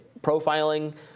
profiling